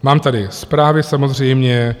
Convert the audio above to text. Mám tady zprávy samozřejmě.